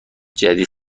جدید